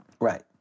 Right